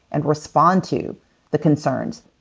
and respond to the concerns.